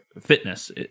fitness